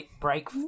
break